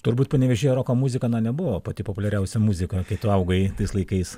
turbūt panevėžyje roko muzika na nebuvo pati populiariausia muzika kai tu augai tais laikais